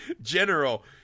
general